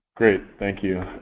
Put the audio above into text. great. thank you.